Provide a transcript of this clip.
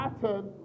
pattern